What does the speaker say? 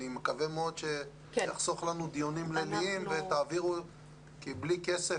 מקווה מאוד שתחסכו לנו דיונים ליליים כי בלי כסף